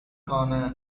காண